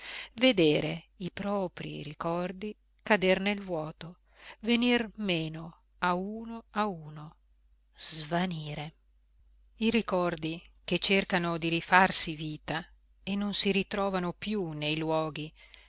vedere i proprii ricordi cader nel vuoto venir meno a uno a uno svanire i ricordi che cercano di rifarsi vita e non si ritrovano più nei luoghi